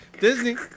Disney